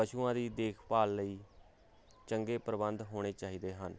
ਪਸ਼ੂਆਂ ਦੀ ਦੇਖਭਾਲ ਲਈ ਚੰਗੇ ਪ੍ਰਬੰਧ ਹੋਣੇ ਚਾਹੀਦੇ ਹਨ